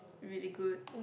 really good